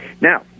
Now